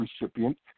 recipient